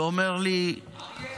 ואומר לי, אריה?